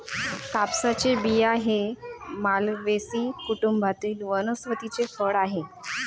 कापसाचे बिया हे मालवेसी कुटुंबातील वनस्पतीचे फळ आहे